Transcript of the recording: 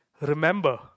remember